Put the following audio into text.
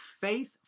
faith